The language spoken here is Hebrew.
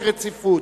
דין רציפות.